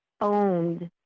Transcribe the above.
owned